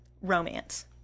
romance